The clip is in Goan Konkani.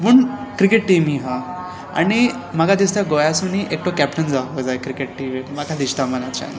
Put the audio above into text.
पूण क्रिकेट टिमूय आसा आनी म्हाका दिसता गोंयासूनी एकटो कॅप्टन जावपाक जाय क्रिकेट टिमीन म्हाका दिसता मनाच्यान